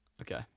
Okay